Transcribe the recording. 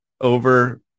over